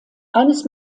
eines